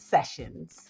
Sessions